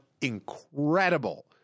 incredible